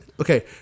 Okay